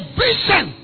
vision